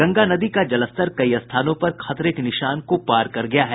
गंगा नदी का जलस्तर कई स्थानों पर खतरे के निशान को पार कर गया है